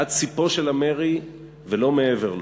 עד ספו של המרי ולא מעבר לו.